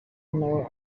nawe